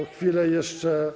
o chwilę jeszcze.